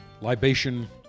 libation